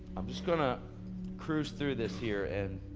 i'm just gonna cruise through this here and,